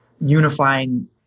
unifying